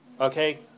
okay